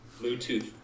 Bluetooth